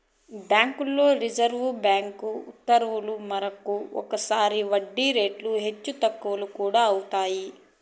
బ్యాంకుల్లో reserve bank ఉత్తర్వుల మేరకు ఒక్కోసారి వడ్డీ రేట్లు హెచ్చు తగ్గులు కూడా అవుతాయి